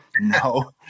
No